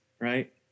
right